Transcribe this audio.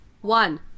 One